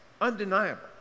undeniable